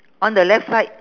on the left side